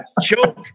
Choke